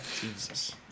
Jesus